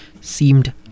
seemed